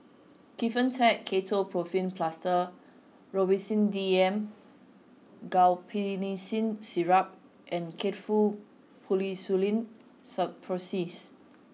Kefentech Ketoprofen Plaster Robitussin D M Guaiphenesin Syrup and Faktu Policresulen Suppositories